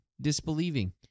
disbelieving